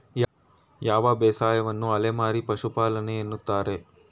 ಯಾವ ಬೇಸಾಯವನ್ನು ಅಲೆಮಾರಿ ಪಶುಪಾಲನೆ ಎನ್ನುತ್ತಾರೆ?